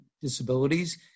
disabilities